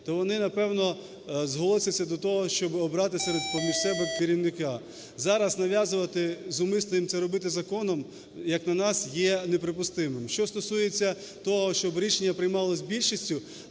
то вони, напевно, зголосяться до того, щоб обрати поміж себе керівника. Зараз нав'язувати зумисно їм це робити законом, як на нас, є неприпустимим. Що стосується того, щоб рішення приймалось більшістю,